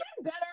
better